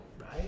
right